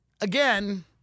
again